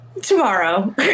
tomorrow